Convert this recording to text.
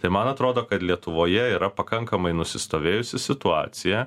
tai man atrodo kad lietuvoje yra pakankamai nusistovėjusi situacija